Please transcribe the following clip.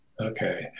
Okay